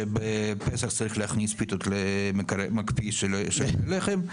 שבפסח צריך להכניס פיתות למקפיא שלא יהיה לחם,